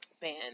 ban